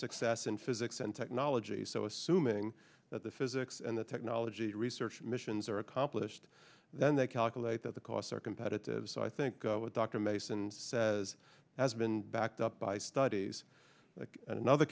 success in physics and technology so assuming that the physics and the techno ology research missions are accomplished then they calculate that the costs are competitive so i think what dr mason says has been backed up by studies another